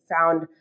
found